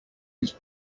his